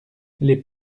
les